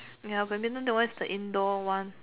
ya badminton that one is the indoor one